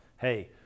hey